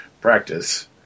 practice